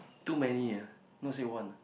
too many ah not say one